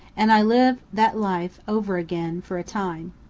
and i live that life over again for a time.